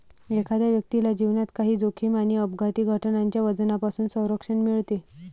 एखाद्या व्यक्तीला जीवनात काही जोखीम आणि अपघाती घटनांच्या वजनापासून संरक्षण मिळते